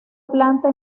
planta